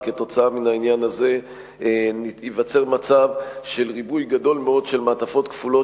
וכתוצאה מן העניין הזה ייווצר ריבוי גדול מאוד של מעטפות כפולות,